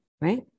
Right